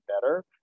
better